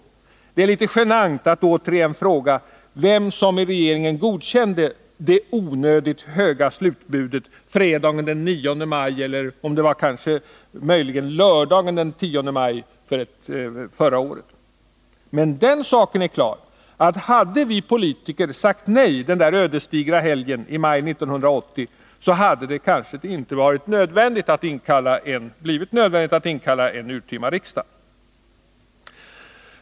Det är litet genant att återigen fråga vem som i regeringen godkände det onödigt höga slutbudet fredagen den 9 maj eller möjligen lördagen den 10 maj förra året. Men den saken är klar att hade vi politiker sagt nej den där ödesdigra helgen i maj 1980, hade det kanske inte blivit nödvändigt att inkalla en urtima riksdag.